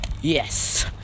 Yes